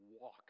walk